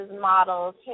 models